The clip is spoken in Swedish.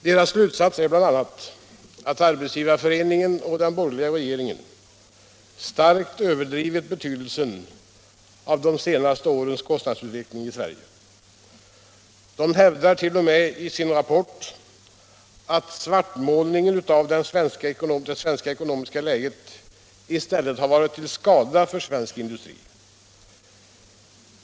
Deras slutsats är bl.a. att Arbetsgivareföreningen och den borgerliga regeringen starkt överdrivit betydelsen av de senaste årens kostnadsutveckling i Sverige. De hävdar t.o.m. i sin rapport att svartmålningen av det svenska ekonomiska läget har varit till skada för svensk industri.